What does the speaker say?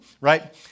right